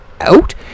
out